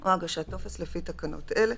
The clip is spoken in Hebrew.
"או הגשת טופס לפי תקנות אלה".